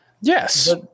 Yes